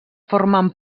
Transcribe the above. formen